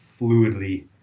fluidly